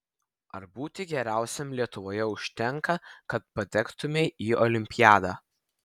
ar būti geriausiam lietuvoje užtenka kad patektumei į olimpiadą